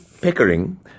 Pickering